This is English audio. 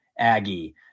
Aggie